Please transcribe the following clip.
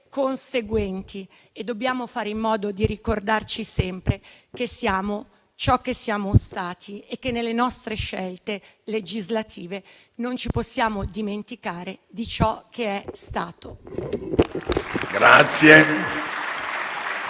conseguenti e dobbiamo fare in modo di ricordare sempre che siamo ciò che siamo stati e che, nelle nostre scelte legislative, non possiamo dimenticare ciò che è stato.